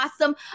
awesome